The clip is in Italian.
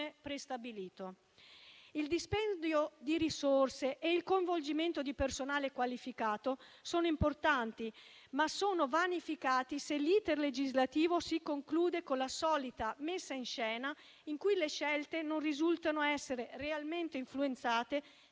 prestabilito. Il dispendio di risorse e il coinvolgimento di personale qualificato sono importanti, ma sono vanificati se l'*iter* legislativo si conclude con la solita messa in scena in cui le scelte non risultano essere realmente influenzate